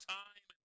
time